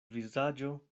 vizaĝo